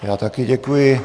Já také děkuji.